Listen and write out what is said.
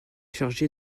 chargé